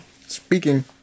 speaking